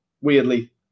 weirdly